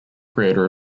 creator